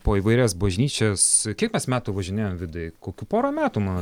po įvairias bažnyčias kiek mes metų važinėjom vydai kokių porą metų man